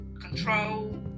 control